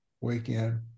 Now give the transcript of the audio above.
weekend